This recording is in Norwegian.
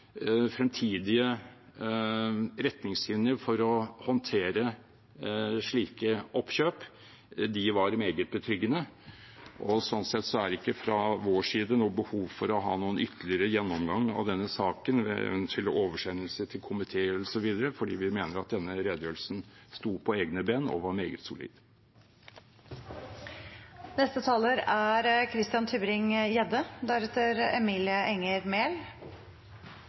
fremtidige retningslinjer for å håndtere slike oppkjøp var meget betryggende. Slik sett er det ikke fra vår side behov for å ha noen ytterligere gjennomgang av denne saken med oversendelse til komité, osv. Vi mener at denne redegjørelsen sto på egne ben og var meget solid. La meg også takke justisministeren for redegjørelsen. Jeg må si at etterpåklokskap er